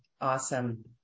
Awesome